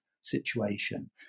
situation